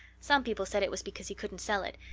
some people said it was because he couldn't sell it,